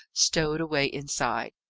stowed away inside.